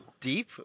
deep